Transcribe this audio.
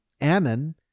Ammon